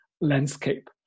landscape